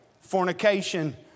fornication